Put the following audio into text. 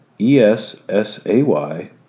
E-S-S-A-Y